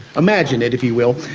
imagine it if you will,